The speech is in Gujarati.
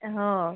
હં